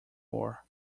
war